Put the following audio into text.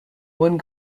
one